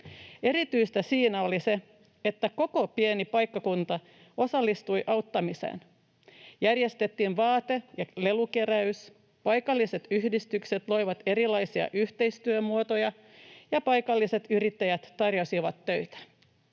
Erityistä siinä oli se, että koko pieni paikkakunta osallistui auttamiseen. Järjestettiin vaate- ja lelukeräys, paikalliset yhdistykset loivat erilaisia yhteistyömuotoja, ja paikalliset yrittäjät tarjosivat töitä.